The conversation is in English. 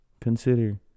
Consider